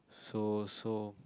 so so